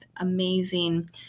amazing